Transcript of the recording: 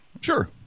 Sure